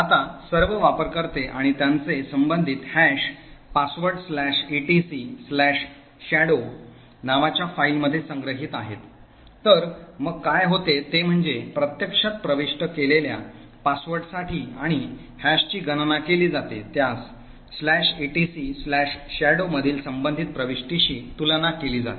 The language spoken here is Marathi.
आता सर्व वापरकर्ते आणि त्यांचे संबंधित हॅश passwordetcshadow नावाच्या फाईलमध्ये संग्रहित आहेत तर मग काय होते ते म्हणजे प्रत्यक्षात प्रविष्ट केलेल्या password साठी आणि हॅशची गणना केली जाते त्यास etcshadow मधील संबंधित प्रविष्टीशी तुलना केली जाते